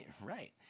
Right